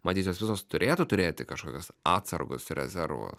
matyt jos visos turėtų turėti kažkokias atsargus rezervų